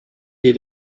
die